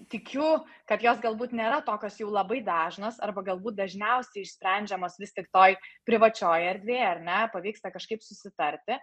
tikiu kad jos galbūt nėra tokios jau labai dažnos arba galbūt dažniausiai išsprendžiamos vis tik toj privačioj erdvėj ar ne pavyksta kažkaip susitarti